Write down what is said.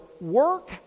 work